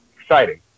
exciting